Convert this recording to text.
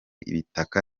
ibitaka